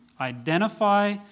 identify